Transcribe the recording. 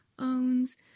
owns